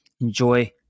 Enjoy